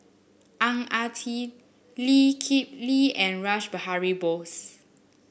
Ang Ah Tee Lee Kip Lee and Rash Behari Bose